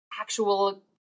actual